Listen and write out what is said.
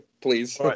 please